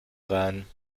rein